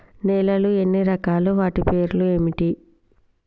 నేలలు ఎన్ని రకాలు? వాటి పేర్లు ఏంటివి?